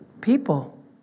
people